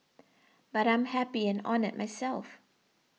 but I'm happy and honoured myself